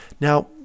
Now